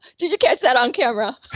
did you catch that on camera?